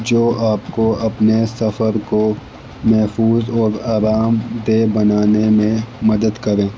جو آپ کو اپنے سفر کو محفوظ اور آرامدہ بنانے میں مدد کرے